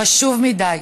חשוב מדי,